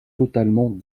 totalement